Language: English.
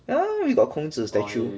yeah we got 孔子 statue